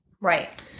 Right